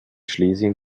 schlesien